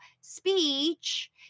speech